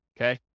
okay